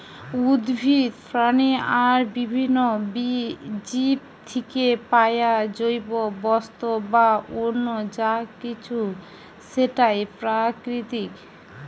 উদ্ভিদ, প্রাণী আর বিভিন্ন জীব থিকে পায়া জৈব বস্তু বা অন্য যা কিছু সেটাই প্রাকৃতিক